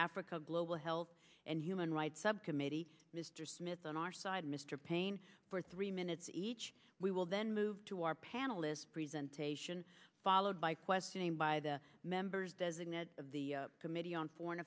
africa global health and human rights subcommittee mr smith on our side mr payne for three minutes each we will then move to our panelists present taishan followed by questioning by the members designate of the committee on foreign